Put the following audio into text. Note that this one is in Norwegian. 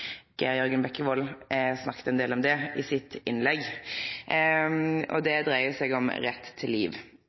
Geir Jørgen Bekkevold snakka ein del om det i sitt innlegg, og det dreier seg om rett til liv.